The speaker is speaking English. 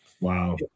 Wow